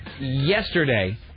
yesterday